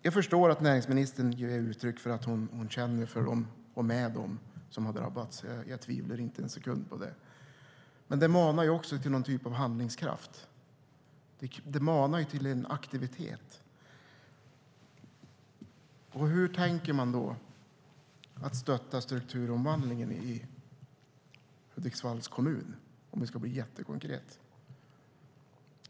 Jag förstår att näringsministern ger uttryck för att hon känner för och med dem som har drabbats. Jag tvivlar inte en sekund på det. Men det manar ju också till någon typ av handlingskraft. Det manar till aktivitet. Hur tänker man då stötta strukturomvandlingen i Hudiksvalls kommun, om vi ska vara jättekonkreta?